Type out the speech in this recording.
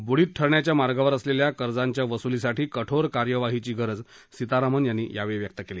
बुडीत ठरण्याच्या मार्गावर असलेल्या कर्जांच्या वसुलीसाठी कठोर कार्यवाहीची गरज सीतारामन यांनी यावेळी व्यक्त केली